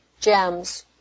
gems